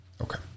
Okay